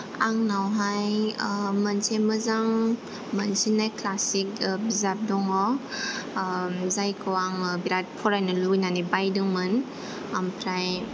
आंनावहाय ओ मोनसे मोजां मोनसिननाय ओ क्लासिक बिजाब दङ जायखौ आङो बिराद फरायनो लुबैनानै बायदोंमोन ओमफ्राय